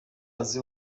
bazi